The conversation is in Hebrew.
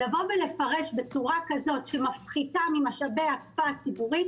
לפרש בצורה שמפחיתה ממשאבי הקופה הציבורית,